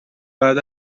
بعد